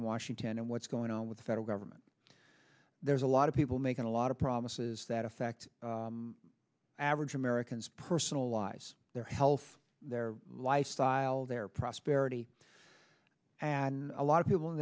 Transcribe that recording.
in washington and what's going on with the federal government there's a lot of people making a lot of promises that affect average americans personal lives their health their lifestyle their prosperity and a lot of people in